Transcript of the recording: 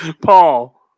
Paul